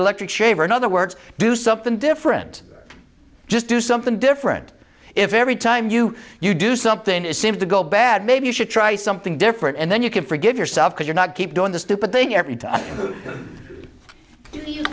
electric shaver in other words do something different just do something different if every time you you do something it seems to go bad maybe you should try something different and then you can forgive yourself because you're not keep doing the stupid thing every time